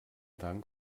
dank